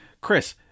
Chris